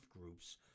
groups